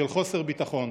של חוסר ביטחון,